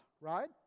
right